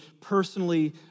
personally